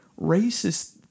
racist